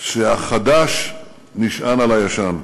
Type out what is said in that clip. שהחדש נשען על הישן.